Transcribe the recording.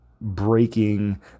breaking